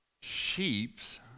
Sheeps